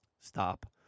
Stop